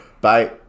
Bye